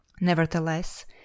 Nevertheless